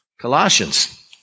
Colossians